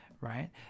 right